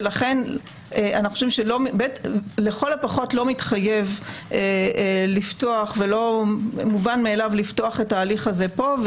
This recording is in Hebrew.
ולכן לכל הפחות לא מתחייב לפתוח ולא מובן מאליו לפתוח את ההליך הזה פה,